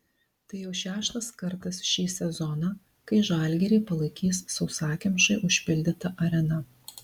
tai jau šeštas kartas šį sezoną kai žalgirį palaikys sausakimšai užpildyta arena